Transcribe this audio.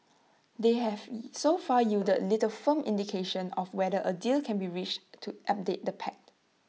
they have so far yielded little firm indication of whether A deal can be reached to update the pact